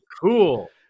cool